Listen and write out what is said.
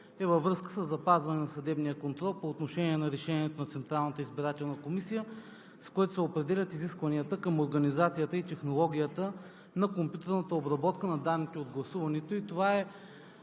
е във връзка със запазване на съдебния контрол по отношение на решението на Централната избирателна комисия, с което се определят изискванията към организацията и технологията на компютърната обработка на данните от гласуването. Това е